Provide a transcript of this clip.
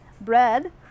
bread